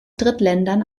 drittländern